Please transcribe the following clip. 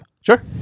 Sure